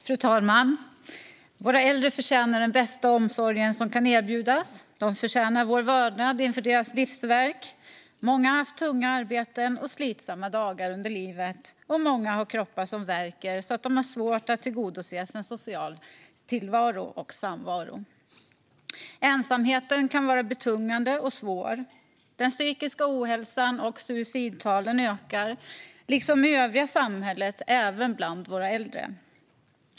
Fru talman! Våra äldre förtjänar den bästa omsorg som kan erbjudas. De förtjänar vår vördnad inför deras livsverk. Många har haft tunga arbeten och slitsamma dagar under livet, och många har kroppar som värker så att de har svårt att tillgodose sina behov av en social tillvaro och samvaro. Ensamheten kan vara betungande och svår. Den psykiska ohälsan och suicidtalen ökar, liksom i övriga samhället, även bland våra äldre.